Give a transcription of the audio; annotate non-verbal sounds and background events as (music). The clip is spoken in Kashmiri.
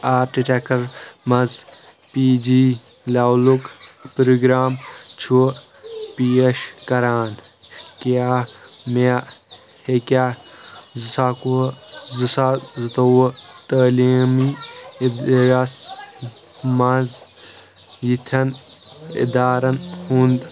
آرکٹیٚچیٚکر منٛز پی جی لیولُک پرٛوگرٛام چھُ پیش کران کیٛاہ مےٚ ہیٚکیٚاہ زٕ ساس اکوُہ زٕ ساس زٕتووُہ تٔعلیٖمی (unintelligible) منٛز یِتھیٚن اِدارَن ہُنٛد